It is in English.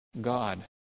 God